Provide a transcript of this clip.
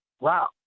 Wow